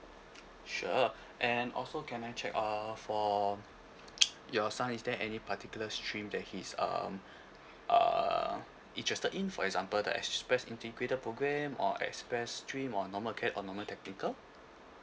sure and also can I check uh for your son is there any particular stream that he's um err interested in for example the express integrated program or express stream or normal acad~ or normal technical